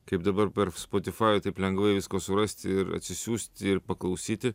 kaip dabar per spotifajų taip lengvai visko surasti ir atsisiųsti ir paklausyti